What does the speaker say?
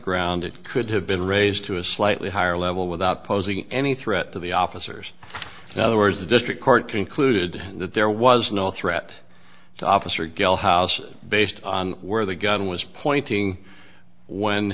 ground it could have been raised to a slightly higher level without posing any threat to the officers and other words the district court concluded that there was no threat to officer gale house based on where the gun was pointing when